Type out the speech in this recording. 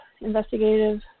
Investigative